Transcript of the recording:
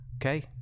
Okay